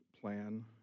plan